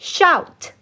Shout